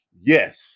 yes